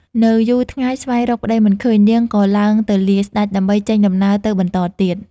នៅយូរថ្ងៃស្វែងរកប្តីមិនឃើញ នាងក៏ឡើងទៅលាស្តេច ដើម្បីចេញដំណើរទៅបន្តទៀត ។